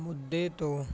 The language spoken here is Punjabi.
ਮੁੱਦੇ ਤੋਂ